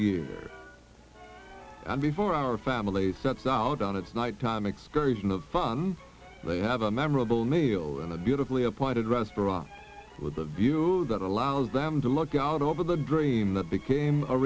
and before our families sets out on its nighttime excursion of fun they have a memorable meal in a beautifully appointed restaurant with a view that allows them to look out over the dream that became a